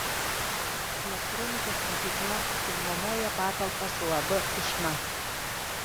elektronikos mokykla subnuomoja patalpas uab ušna